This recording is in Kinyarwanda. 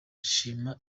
shima